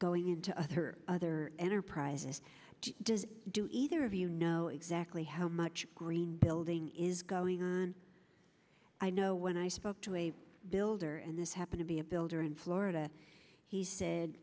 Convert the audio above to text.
going into other enterprises does do either of you know exactly how much green building is going i know when i spoke to a builder and this happen to be a builder in florida he said